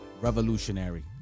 Revolutionary